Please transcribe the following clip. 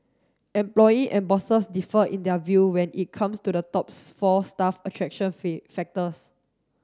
employee and bosses differed in their view when it comes to the top four staff attraction factors